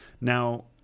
Now